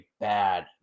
bad